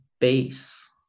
base